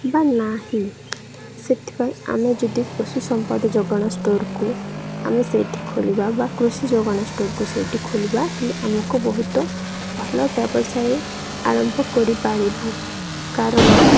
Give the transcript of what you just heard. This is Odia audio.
ବା ନାହିଁ ସେଥିପାଇଁ ଆମେ ଯଦି ପଶୁ ସମ୍ପଦ ଯୋଗାଣ ଷ୍ଟୋର୍କୁ ଆମେ ସେଇଠି ଖୋଲିବା ବା କୃଷି ଯୋଗାଣ ଷ୍ଟୋର୍କୁ ସେଇଠି ଖୋଲିବା ହେିଲେ ଆମକୁ ବହୁତ ଭଲ ବ୍ୟବସାୟ ଆରମ୍ଭ କରିପାରିବୁ କାରଣ